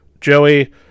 Joey